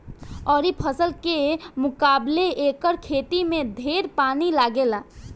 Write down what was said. अउरी फसल के मुकाबले एकर खेती में ढेर पानी लागेला